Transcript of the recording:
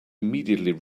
immediately